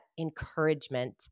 encouragement